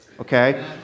Okay